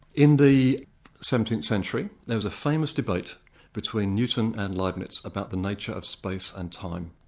in the seventeenth century, there was a famous debate between newton and leibniz about the nature of space and time.